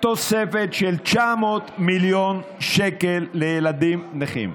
תוספת של 900 מיליון שקל לילדים נכים,